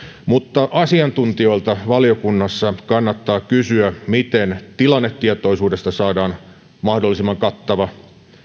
mutta asiantuntijoilta valiokunnassa kannattaa kysyä miten tilannetietoisuudesta saadaan mahdollisimman kattava